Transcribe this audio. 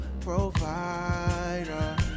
Provider